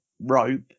rope